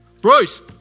Bruce